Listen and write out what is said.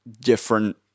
different